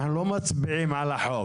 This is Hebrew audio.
אנחנו לא מצביעים על החוק.